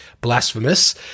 blasphemous